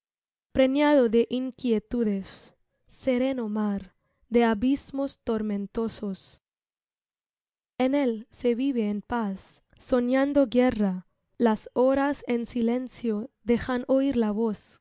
preñado de inquietudes sereno mar de abismos tormentosos en él se vive en paz soñando guerra las horas en silencio dejan oir la voz